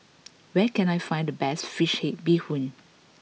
where can I find the best Fish Head Bee Hoon